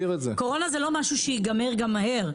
קורונה זה גם לא משהו שייגמר מהר,